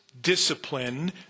discipline